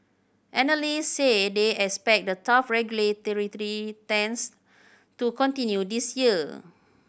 analysts say they expect the tough regulatory stance to continue this year